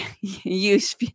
use